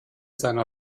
seiner